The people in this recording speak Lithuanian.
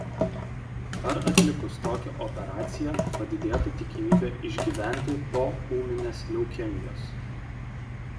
ar atlikus tokią operaciją padidėtų tikimybė išgyventi po ūminės leukemijos